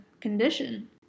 condition